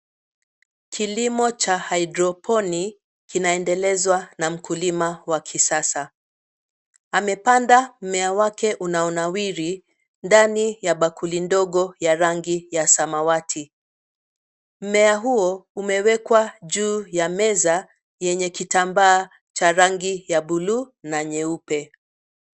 Kilimo cha hydroponic kinaendelezwa na mkulima wa kisasa. Amepanda mmea wake unaonawiri ndani ya bakuli ndogo ya rangi ya samawati. Mmea huo umewekwa juu ya meza yenye kitambaa cha rangi ya buluu na nyeupe.